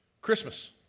Christmas